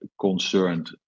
concerned